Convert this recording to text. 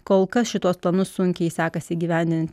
kol kas šituos planus sunkiai sekasi įgyvendinti